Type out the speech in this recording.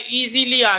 easily